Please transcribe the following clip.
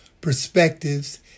perspectives